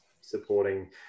supporting